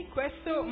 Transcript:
questo